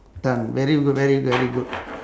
done very good very very good